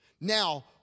Now